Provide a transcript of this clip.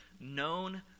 Known